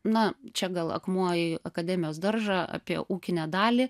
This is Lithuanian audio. na čia gal akmuo į akademijos daržą apie ūkinę dalį